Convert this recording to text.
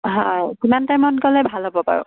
হয় কিমান টাইমত গ'লে ভাল হ'ব বাৰু